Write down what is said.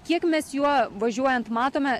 kiek mes juo važiuojant matome